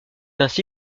ainsi